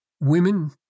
women